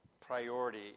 priority